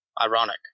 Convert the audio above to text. Ironic